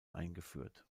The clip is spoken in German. eingeführt